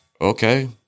okay